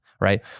right